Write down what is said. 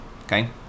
okay